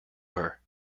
her